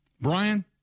Brian